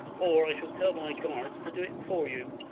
or i shall tell my guards to do it for you.